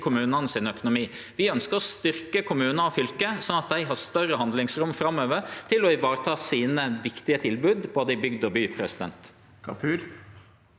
kommunane sin økonomi. Vi ønskjer å styrkje kommunar og fylke, slik at dei har større handlingsrom framover til å vareta sine viktige tilbod både i bygd og i by. Mudassar Kapur